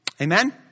Amen